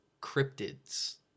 cryptids